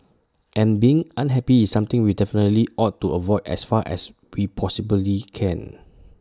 and being unhappy is something we definitely ought to avoid as far as we possibly can